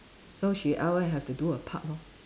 so she have to do her part lor